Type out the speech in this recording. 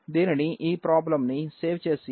దీనిని ఈ ప్రాబ్లంని సేవ్ చేసి రన్ చేద్దాం